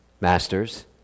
masters